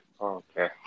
okay